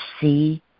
see